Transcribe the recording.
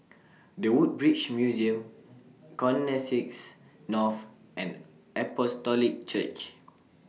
The Woodbridge Museum Connexis North and Apostolic Church